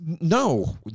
No